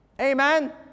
amen